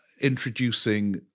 introducing